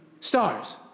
stars